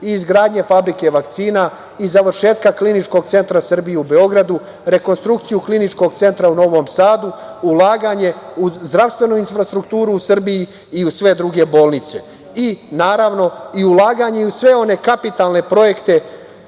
se izgradnje fabrike vakcina i završetka Kliničkog centra Srbije u Beogradu, rekonstrukciju Kliničkog centra u Novom Sadu, ulaganje u zdravstvenu infrastrukturu i Srbiji i u sve druge bolnice. Naravno, ulaganje u sve one kapitalne projekte